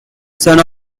son